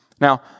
Now